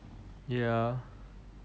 ya